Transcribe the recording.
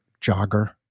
jogger